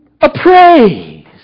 appraise